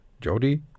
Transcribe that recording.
Jody